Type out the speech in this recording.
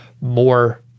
more